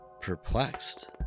perplexed